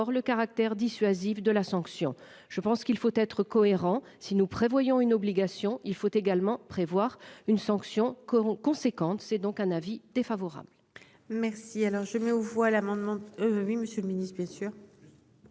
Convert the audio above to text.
le caractère dissuasif de la sanction. Je pense qu'il faut être cohérent, si nous prévoyons une obligation, il faut également prévoir une sanction con conséquente. C'est donc un avis défavorable.